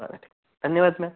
बरं ठीक धन्यवाद मॅम